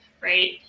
right